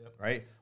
Right